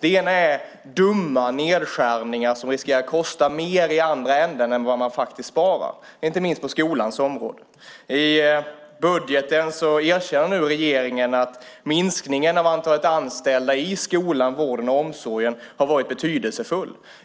Det ena är dumma nedskärningar som riskerar att kosta mer i andra änden än vad man faktiskt sparar, inte minst på skolans område. I budgeten erkänner nu regeringen att minskningen av antalet anställda i skolan, vården och omsorgen har varit betydande.